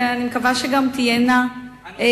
ואני מקווה שגם תהיינה פניות.